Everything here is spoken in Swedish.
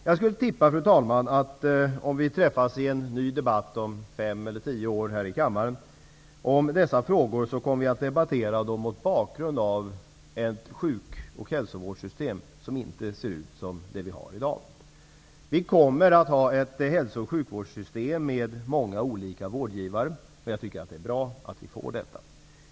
Jag skulle tippa, fru talman, att om vi träffas i en ny debatt om fem eller tio år i denna kammare om dessa frågor, kommer vi att debattera dem mot bakgrund av ett hälso och sjukvårdssystem som inte ser ut som det vi har i dag. Vi kommer då att ha ett hälso och sjukvårdssystem med många olika vårdgivare. Jag tycker att det är bra att vi får ett sådant system.